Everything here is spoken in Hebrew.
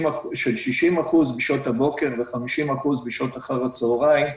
60% ב שעות הבוקר ו-50% בשעות אחר הצהריים,